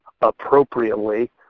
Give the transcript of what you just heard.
appropriately